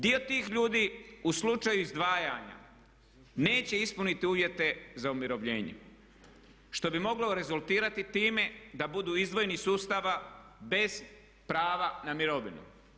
Dio tih ljudi u slučaju izdvajanja neće ispuniti uvjete za umirovljenje što bi moglo rezultirati time da budu izdvojeni iz sustava bez prava na mirovinu.